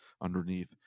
underneath